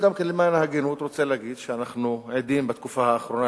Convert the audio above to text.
למען ההגינות אני רוצה להגיד שאנחנו עדים בתקופה האחרונה